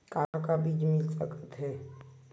का का बीज मिल सकत हे?